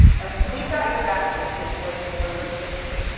and we've got your back in this situation, and we're listening to you.